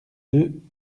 deux